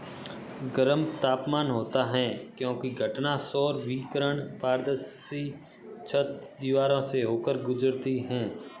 गर्म तापमान होता है क्योंकि घटना सौर विकिरण पारदर्शी छत, दीवारों से होकर गुजरती है